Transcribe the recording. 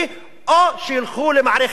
או שילכו למערכת הביטחון,